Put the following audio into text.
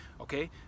okay